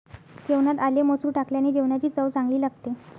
जेवणात आले मसूर टाकल्याने जेवणाची चव चांगली लागते